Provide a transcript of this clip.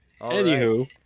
Anywho